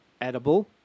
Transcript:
edible